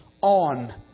on